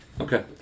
Okay